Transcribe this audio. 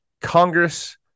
Congress